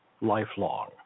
lifelong